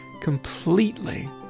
completely